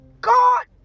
God